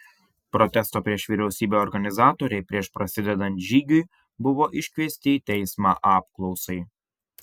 protesto prieš vyriausybę organizatoriai prieš prasidedant žygiui buvo iškviesti į teismą apklausai